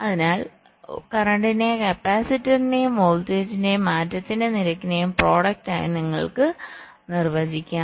അതിനാൽ കറന്റിനെ കപ്പാസിറ്ററിന്റെയും വോൾട്ടേജിന്റെ മാറ്റത്തിന്റെ നിരക്കിന്റെയും പ്രോഡക്റ്റ് ആയി നിങ്ങൾക്ക് നിർവചിക്കാം